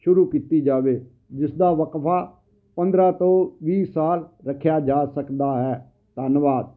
ਸ਼ੁਰੂ ਕੀਤੀ ਜਾਵੇ ਜਿਸਦਾ ਵਕਫਾ ਪੰਦਰ੍ਹਾਂ ਤੋਂ ਵੀਹ ਸਾਲ ਰੱਖਿਆ ਜਾ ਸਕਦਾ ਹੈ ਧੰਨਵਾਦ